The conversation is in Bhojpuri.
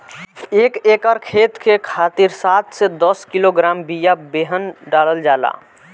एक एकर खेत के खातिर सात से दस किलोग्राम बिया बेहन डालल जाला?